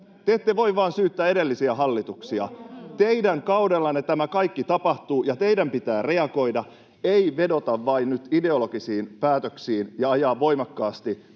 Te ette voi vain syyttää edellisiä hallituksia. [Antti Kurvisen välihuuto] Teidän kaudellanne tämä kaikki tapahtuu, ja teidän pitää reagoida, ei vain vedota nyt ideologisiin päätöksiin ja ajaa voimakkaasti